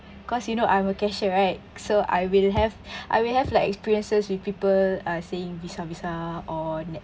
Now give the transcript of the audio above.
cause you know I'm a cashier right so I will have I will have like experiences with people uh saying Visa Visa or NET